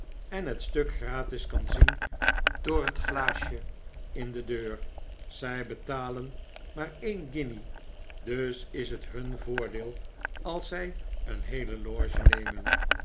en het stuk gratis kan zien door het glaasje in de deur zij betalen maar een guinje dus is het hun voordeel als zij een heele loge nemen